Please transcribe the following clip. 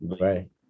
right